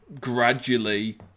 gradually